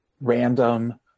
random